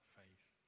faith